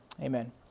Amen